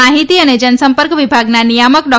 માહિતી અને જનસંપર્ક વિભાગના નિયામક ડો